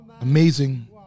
Amazing